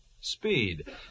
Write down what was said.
Speed